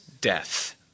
death